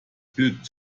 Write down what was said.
bild